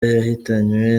yahitanywe